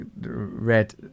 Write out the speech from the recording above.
read